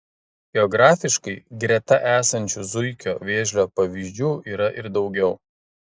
geografiškai greta esančių zuikio vėžlio pavyzdžių yra ir daugiau